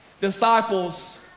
disciples